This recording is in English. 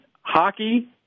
hockey